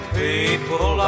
people